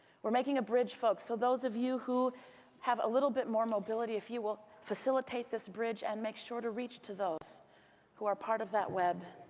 we're making a bridge, folks, so those of you who have a little bit more mobility, if you will facilitate this bridge and make sure to reach to those who are part of that web.